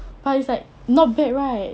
but it's like not bad right